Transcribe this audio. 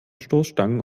stoßstangen